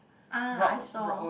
ah I saw